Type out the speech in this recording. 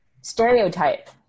stereotype